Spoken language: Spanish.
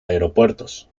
aeropuertos